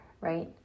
right